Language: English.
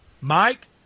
Mike